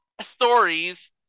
stories